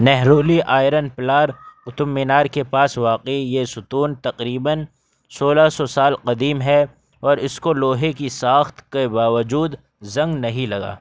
Mehrauli iron pillar Qutub Minar کے پاس واقع یہ ستون تقریباً سولہ سو سال قدیم ہے اور اس کو لوہے کی ساخت کے باوجود زنگ نہیں لگا